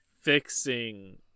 fixing